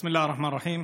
בסם אללה א-רחמאן א-רחים.